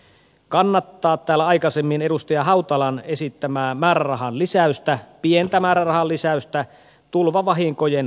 haluan lopussa kannattaa täällä aikaisemmin edustaja hautalan esittämää määrärahan lisäystä pientä määrärahan lisäystä tulvavahinkojen korvaamiseen